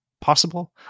possible